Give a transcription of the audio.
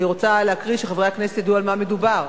אני רוצה להקריא שחברי הכנסת ידעו על מה מדובר.